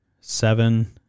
seven